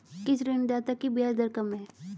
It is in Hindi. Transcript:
किस ऋणदाता की ब्याज दर कम है?